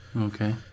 Okay